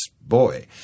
boy